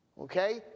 Okay